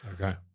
Okay